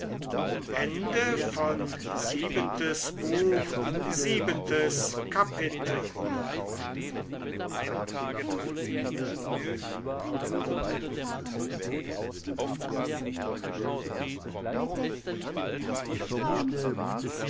siebentes buch erstes kapitel